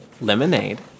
Lemonade